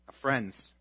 Friends